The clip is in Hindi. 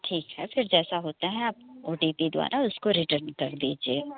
ठीक है फिर जैसा होता है आप ओ टी पी द्वारा उसको रिटर्न कर दीजिए